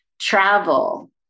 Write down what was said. travel